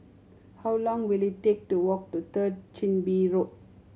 how long will it take to walk to Third Chin Bee Road